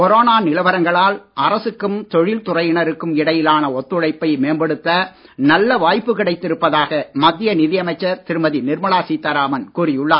corona நிலவரங்களால் அரசுக்கும் தொழில் துறையினருக்கும் ஒத்துழைப்பை இடையிலான நல்ல வாய்ப்பு கிடைத்திருப்பதாக மத்திய நிதி அமைச்சர் திருமதி நிர்மலா சீதாராமன் கூறியுள்ளார்